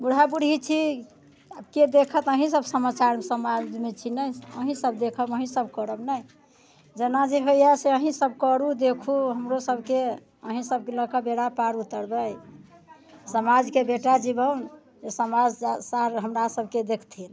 बूढ़ा बूढ़ी छी आबके देखत अहीं सब समाचार समाजमे छी ने अहीं सब देखब अहीं सब करब ने जेना जे होइए से अहीं सब करू देखू हमरो सबके अहीं सब लऽके बेड़ा पार उतरबै समाजके बेटा जीबौ जे समाज सार हमरा सबके देखथिन